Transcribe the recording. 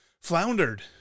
floundered